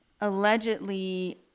allegedly